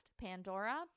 Pandora